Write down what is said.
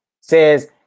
says